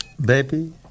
Baby